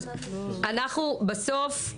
אז אנחנו בסוף.